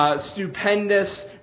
stupendous